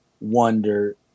Wonder